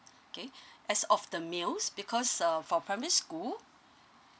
K as of the meals because uh for primary school